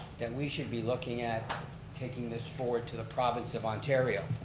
then we should be looking at taking this forward to the province of ontario.